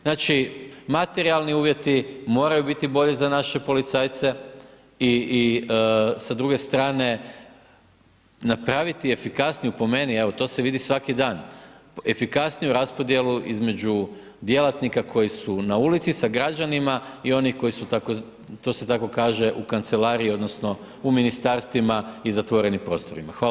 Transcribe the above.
Znači, materijalni uvjeti moraju biti bolji za naše policajce i sa druge strane napraviti efikasniju, po meni, evo to se vidi svaki dan, efikasniju raspodjelu između djelatnika koji su na ulici sa građanima i oni koji su, to se tako kaže u kancelariji odnosno u ministarstvima i zatvorenim prostorima.